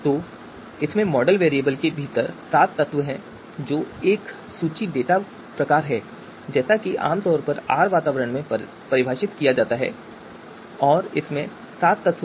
तो इसमें mod variable के भीतर सात तत्व हैं जो एक सूची डेटा प्रकार है जैसा कि आमतौर पर R वातावरण में परिभाषित किया गया है और इसमें सात तत्व हैं